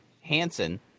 Hansen